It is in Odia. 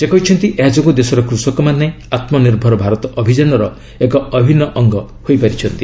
ସେ କହିଛନ୍ତି ଏହା ଯୋଗୁଁ ଦେଶର କୃଷକମାନେ ଆତ୍ମନିର୍ଭର ଭାରତ ଅଭିଯାନର ଏକ ଅଭିନ୍ନ ଅଙ୍ଗ ହୋଇପାରିଛନ୍ତି